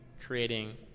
creating